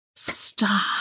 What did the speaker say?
Stop